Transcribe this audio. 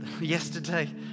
yesterday